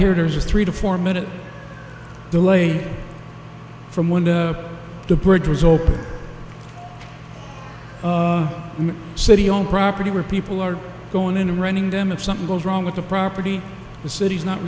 hear there's a three to four minute delay from one to the bridges open in the city on property where people are going in and running them if something goes wrong with the property the city is not